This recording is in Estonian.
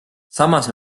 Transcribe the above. samas